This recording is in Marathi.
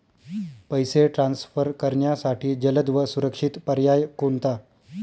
पैसे ट्रान्सफर करण्यासाठी जलद व सुरक्षित पर्याय कोणता?